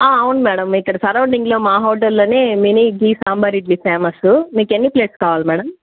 అవును మేడం ఇక్కడ సరౌండింగులో మా హోటల్లోనే mini ghee sambar idli famous మీకు ఎన్ని ప్లేట్స్ కావాలి మేడం